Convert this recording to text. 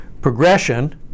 progression